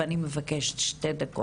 אני מבקשת שתי דקות.